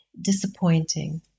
disappointing